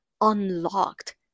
unlocked